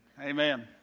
Amen